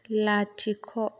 लाथिख'